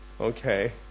Okay